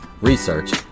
research